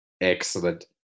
Excellent